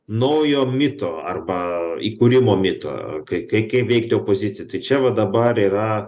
naujo mito arba įkūrimo mito kai kai veikti opozicijai tai čia va dabar yra